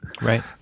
right